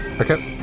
Okay